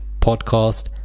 podcast